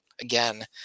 again